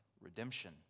redemption